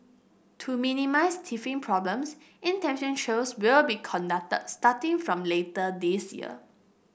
to minimise teething problems trials will be conducted starting from later this year